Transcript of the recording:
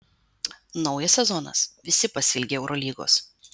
naujas sezonas visi pasiilgę eurolygos